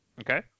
Okay